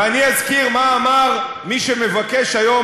ואני אזכיר מה אמר מי שמבקש היום,